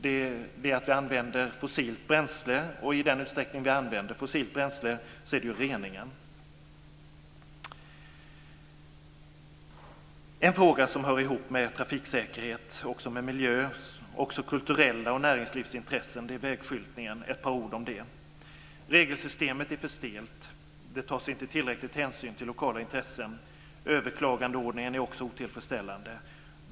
Det är fel att vi använder fossilt bränsle. I den utsträckning vi använder fossilt bränsle är det reningen det är fel på. En fråga som hör ihop med trafiksäkerhet och miljö och också med kulturella intressen och näringslivsintressen är vägskyltningen. Jag vill säga ett par ord om det. Regelsystemet är för stelt. Det tas inte tillräcklig hänsyn till lokala intressen. Överklagandeordningen är också otillfredsställande.